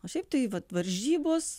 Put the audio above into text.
o šiaip tai vat varžybos